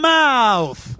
mouth